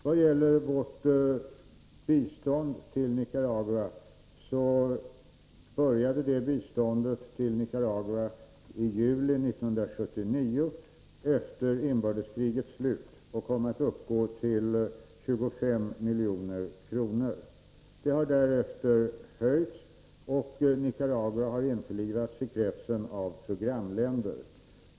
Vad gäller vårt bistånd till Nicaragua började det utgå i juli 1979, efter inbördeskrigets slut, och kom att uppgå till 25 milj.kr. Det har därefter höjts, och Nicaragua har införlivats i kretsen av programländer.